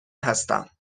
هستم